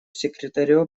секретарю